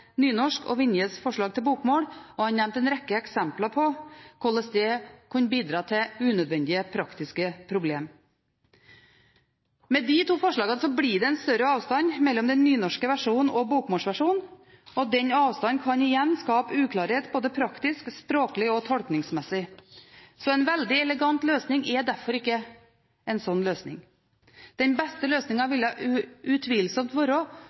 nynorsk og Vinjes forslag til bokmål – vil kunne bety. Han nevnte en rekke eksempler på hvordan det vil kunne bidra til unødvendige, praktiske problemer. Med de to forslagene vil det bli en større avstand mellom den nynorske versjonen og bokmålsversjonen. Den avstanden kan igjen skape uklarhet både praktisk, språklig og tolkningsmessig. Veldig elegant er derfor ikke en slik løsning. Den beste løsningen ville utvilsomt være